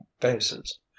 faces